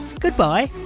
goodbye